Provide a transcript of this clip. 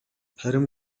харин